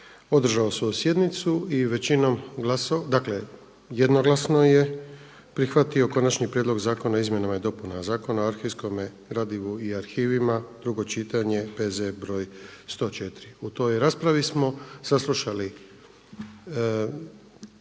održao svoju sjednicu i većinom glasova, dakle jednoglasno je prihvatio Konačni prijedlog zakona o izmjenama i dopunama Zakona o arhivskome gradivu i arhivima, drugo čitanje, P.Z. br. 104. U toj raspravi smo saslušali